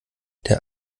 der